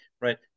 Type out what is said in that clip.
right